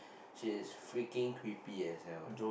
she's freaking creepy as hell eh